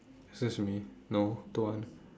excuse me no don't want